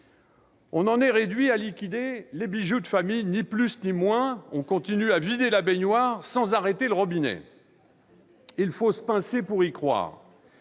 On en est réduit à liquider les bijoux de famille, ni plus ni moins : on continue à vider la baignoire, sans arrêter le robinet. Il faut se pincer pour y croire